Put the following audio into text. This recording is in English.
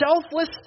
selfless